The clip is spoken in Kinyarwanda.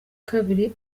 kabiri